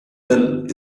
little